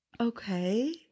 Okay